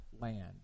land